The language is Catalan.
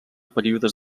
períodes